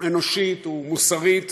אנושית ומוסרית,